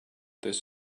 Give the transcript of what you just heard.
this